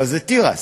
אבל זה תירס.